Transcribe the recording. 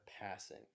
passing